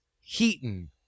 Heaton